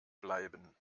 bleiben